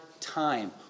time